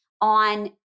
on